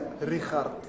Richard